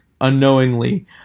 unknowingly